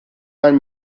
man